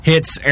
Hits